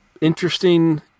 interesting